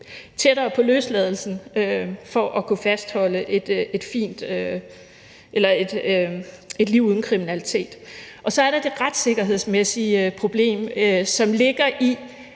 tættere på løsladelsen for at kunne fastholde et liv uden kriminalitet. Så er der det retssikkerhedsmæssige problem, som ligger i,